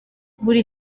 buri